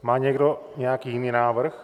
Má někdo nějaký jiný návrh?